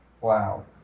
Wow